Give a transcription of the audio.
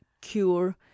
cure